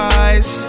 eyes